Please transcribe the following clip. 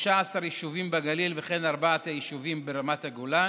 16 יישובים בגליל וארבעת היישובים ברמת הגולן.